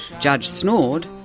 judge snored,